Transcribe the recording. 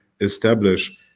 establish